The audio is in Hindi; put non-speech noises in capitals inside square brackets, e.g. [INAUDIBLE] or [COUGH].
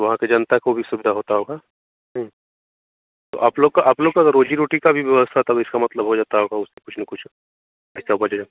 वहाँ की जनता को भी सुविधा होती होगी तो आप लोग का आप लोग का तो रोजी रोटी की भी व्यवस्था तब इसका मतलब हो जाती होगी उसमें कुछ न कुछ ऐसा [UNINTELLIGIBLE]